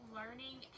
learning